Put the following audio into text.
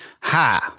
Hi